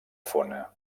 fona